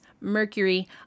Mercury